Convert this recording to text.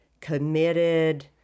committed